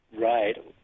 Right